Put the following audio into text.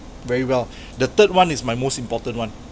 very well the third one is my most important one